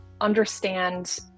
understand